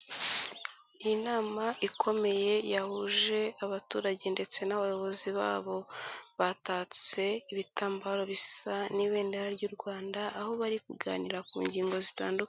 Iyi nama ikomeye yahuje abaturage ndetse n'abayobozi babo batatse ibitambaro bisa n'ibendera ry'u Rwanda, aho bari kuganira ku ngingo zitandukanye.